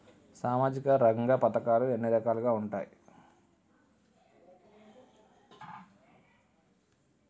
సామాజిక రంగ పథకాలు ఎన్ని రకాలుగా ఉంటాయి?